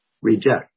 reject